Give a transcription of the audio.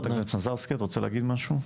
חברת הכנסת מזרסקי, את רוצה להגיד משהו?